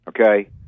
Okay